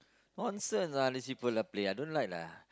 nonsense lah these people ah play I don't like lah